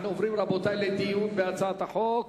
אנחנו עוברים, רבותי, לדיון בהצעת החוק.